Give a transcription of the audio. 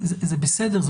זה בסדר,